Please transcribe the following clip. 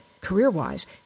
career-wise